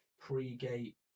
pre-gate